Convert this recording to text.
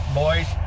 boys